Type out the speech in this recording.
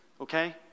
okay